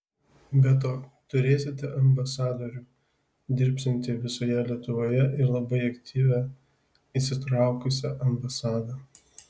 be to turėsite ambasadorių dirbsiantį visoje lietuvoje ir labai aktyvią įsitraukusią ambasadą